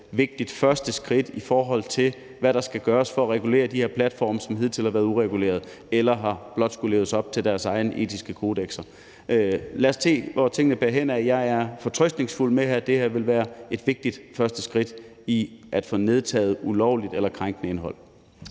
vigtigt første skridt, i forhold til hvad der skal gøres for at regulere de her platforme, som hidtil har været uregulerede eller blot har skullet leve op til deres egne etiske kodekser. Lad os se, hvor tingene bærer hen ad. Jeg er fortrøstningsfuld med, at det her vil være et vigtigt første skridt i at få nedtaget ulovligt eller krænkende indhold.